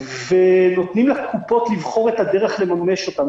ונותנים לקופות לבחור את הדרך לממש אותן.